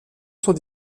sont